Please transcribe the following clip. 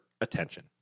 attention